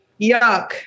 yuck